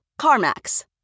CarMax